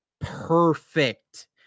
perfect